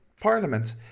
parliament